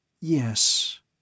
Yes